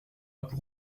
pour